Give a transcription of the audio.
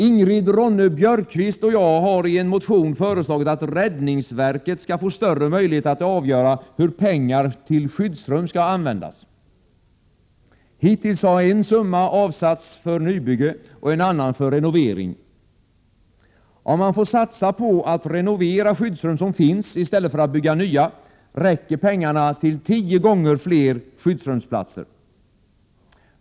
Ingrid Ronne-Björkqvist och jag har i en motion föreslagit att räddningsverket skall få större möjlighet att avgöra hur pengar till skyddsrum skall användas. Hittills har en summa avsatts för nybyggnation och en annan för renovering. Om man får satsa på att renovera befintliga skyddsrum i stället för att bygga nya räcker pengarna till 10 gånger fler skyddsrumsplatser.